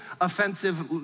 offensive